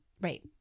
Right